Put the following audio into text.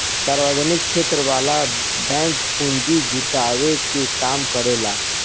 सार्वजनिक क्षेत्र वाला बैंक पूंजी जुटावे के काम करेला